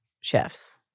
chefs